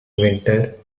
winter